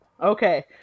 Okay